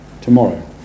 tomorrow